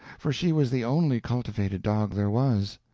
for she was the only cultivated dog there was.